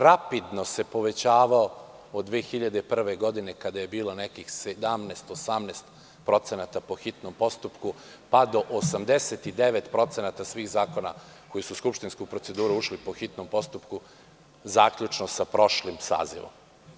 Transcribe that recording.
Rapidno se povećavao od 2001. godine kada je bilo nekih 17, 18% po hitnom postupku, pa do 89% svih zakona koji su u skupštinsku proceduru ušli po hitnom postupku, zaključno sa prošlim sazivom.